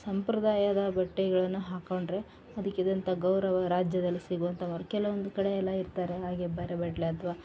ಸಂಪ್ರದಾಯದ ಬಟ್ಟೆಗಳನ್ನು ಹಾಕೊಂಡರೆ ಅದಕ್ಕಿದಂಥ ಗೌರವ ರಾಜ್ಯದಲ್ಲಿ ಸಿಗುವಂಥವರ್ ಕೆಲವೊಂದು ಕಡೆ ಎಲ್ಲ ಇರ್ತಾರೆ ಹಾಗೆ ಬರೆಬಟ್ಲೆ ಅಥ್ವ